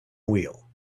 wheel